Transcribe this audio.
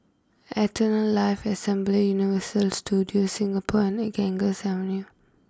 Eternal Life Assembly Universal Studios Singapore and Ganges Avenue